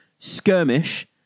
Skirmish